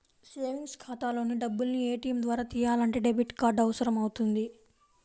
savings ఖాతాలోని డబ్బుల్ని ATM ద్వారా తియ్యాలంటే డెబిట్ కార్డు అవసరమవుతుంది